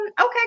Okay